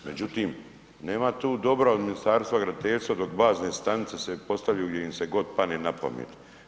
Međutim, nema tu dobra od Ministarstva graditeljstva dok bazne stanice se postavljaju gdje im se god padne napamet.